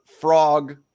Frog